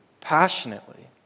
passionately